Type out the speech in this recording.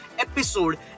Episode